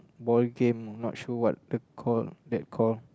ball game not sure what the call that call